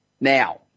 Now